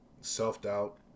self-doubt